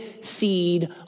seed